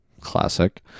classic